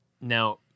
Now